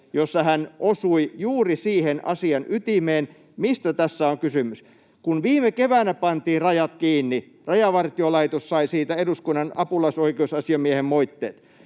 jossa hän osui juuri siihen asian ytimeen, mistä tässä on kysymys. Kun viime keväänä pantiin rajat kiinni, Rajavartiolaitos sai siitä eduskunnan apulaisoikeusasiamiehen moitteet.